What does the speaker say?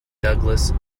douglas